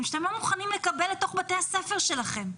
שאתם לא מוכנים לקבל לתוך בתי הספר שלכם.